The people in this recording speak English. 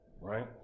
Right